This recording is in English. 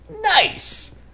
Nice